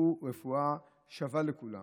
שהוא רפואה שווה לכולם